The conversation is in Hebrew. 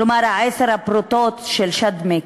כלומר עשר הפרוטות של שדמי,